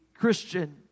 Christian